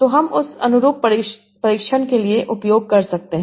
तो हम उस अनुरूप परीक्षण के लिए उपयोग कर सकते हैं